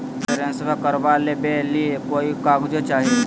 इंसोरेंसबा करबा बे ली कोई कागजों चाही?